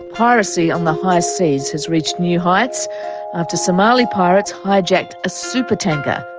piracy on the high seas has reached new heights after somali pirates hijacked a super-tanker.